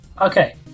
Okay